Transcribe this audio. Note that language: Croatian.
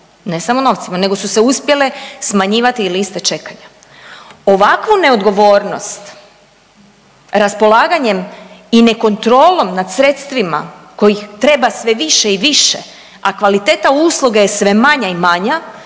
ne samo novcima, nego su se uspjele smanjivati i liste čekanja. Ovakvu neodgovornost raspolaganjem i ne kontrolom nad sredstvima kojih treba sve više i više, a kvaliteta usluge je sve manja i manja